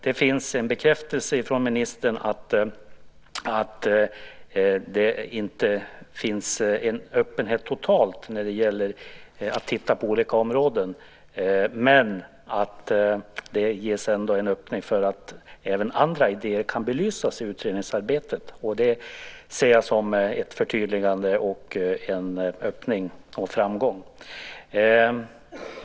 Det finns en bekräftelse från ministern att det inte finns en öppenhet totalt när det gäller att titta på olika områden. Men det ges ändå en öppning för att även andra idéer kan belysas i utredningsarbetet. Det ser jag som ett förtydligande och en framgång.